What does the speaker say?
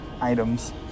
Items